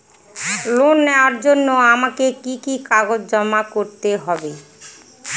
Loan নেওয়ার জন্য আমাকে কি কি কাগজ জমা করতে হবে?